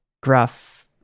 gruff